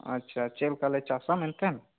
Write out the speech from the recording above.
ᱟᱪᱪᱷᱟ ᱪᱮᱫ ᱞᱮᱠᱟᱞᱮ ᱪᱟᱥᱟ ᱢᱮᱱᱠᱷᱟᱱ